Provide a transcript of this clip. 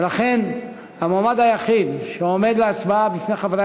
ולכן המועמד היחיד שעומד להצבעה בפני חברי